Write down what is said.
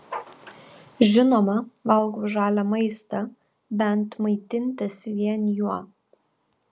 žinoma valgau žalią maistą bent maitintis vien juo